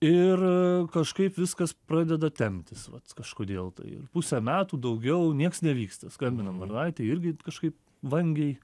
ir kažkaip viskas pradeda temptis vat kažkodėl tai ir pusę metų daugiau nieks nevyksta skambinam varnaitei irgi kažkaip vangiai